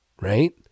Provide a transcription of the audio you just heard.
right